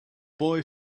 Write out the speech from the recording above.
boy